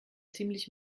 ziemlich